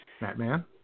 Batman